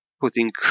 putting